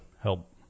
help